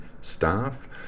staff